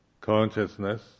consciousness